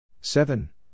Seven